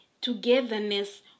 togetherness